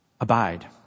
Abide